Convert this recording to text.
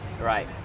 Right